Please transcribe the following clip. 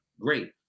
Great